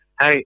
Hey